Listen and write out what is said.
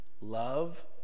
love